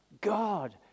God